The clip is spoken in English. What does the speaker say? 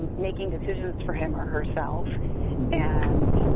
making decisions for him or herself and,